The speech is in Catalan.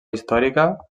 històrica